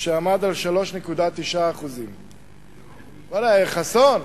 שעמד על 3.9%. ואללה, חסון,